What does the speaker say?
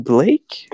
Blake